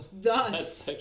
thus